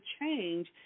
change